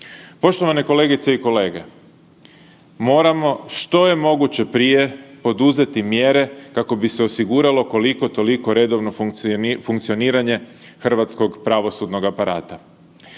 Poštovane kolegice i kolege, moramo što je moguće prije poduzeti mjere kako bi se osiguralo koliko toliko redovno funkcioniranje hrvatskog pravosudnog aparata.